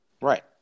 Right